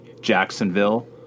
Jacksonville